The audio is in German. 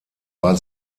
war